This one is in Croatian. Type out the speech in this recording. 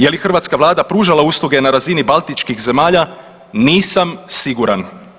Jeli hrvatska Vlada pružala usluge na razini baltičkih zemalja nisam siguran.